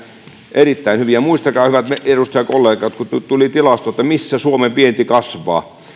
erittäin hyvin muistakaa hyvät edustajakollegat että kun tuli tilasto siitä missä suomen vienti kasvaa niin